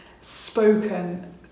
spoken